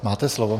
Máte slovo.